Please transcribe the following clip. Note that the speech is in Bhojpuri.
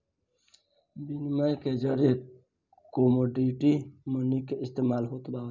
बिनिमय के जरिए कमोडिटी मनी के इस्तमाल होत आवता